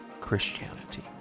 Christianity